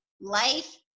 life